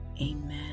amen